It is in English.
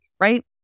Right